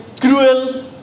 cruel